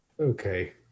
Okay